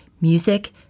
Music